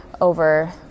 over